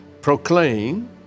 proclaim